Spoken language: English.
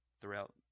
throughout